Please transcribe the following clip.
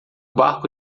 barco